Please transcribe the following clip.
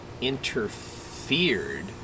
interfered